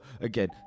again